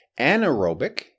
Anaerobic